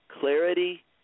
Clarity